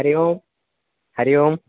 Hari Om Hari Om